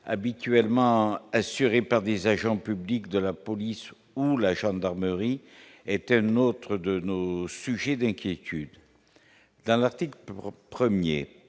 habituellement assurées par des agents publics, de la police ou la gendarmerie était un autre de nos sujets d'inquiétude dans l'article 1er